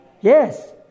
Yes